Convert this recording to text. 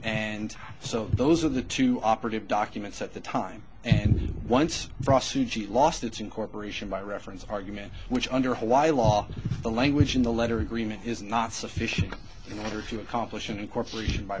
and so those are the two operative documents at the time and once frost sujit lost its incorporation by reference argument which under hawaii law the language in the letter agreement is not sufficient in order to accomplish an incorporation by